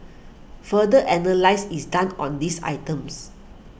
further analysis is done on these items